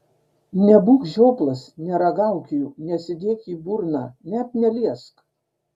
nebūk žioplas neragauk jų nesidėk į burną net neliesk